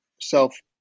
self